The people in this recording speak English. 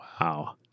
Wow